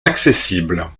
accessible